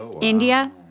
India